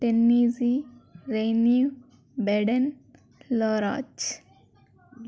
Tennessee రెని బెడన్ లోరాజ్